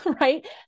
right